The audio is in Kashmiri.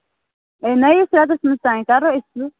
ہے نٔیِس رٮ۪تَس منٛز تام کرو أسۍ یہِ